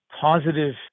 positive